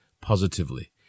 positively